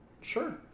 Sure